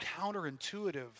counterintuitive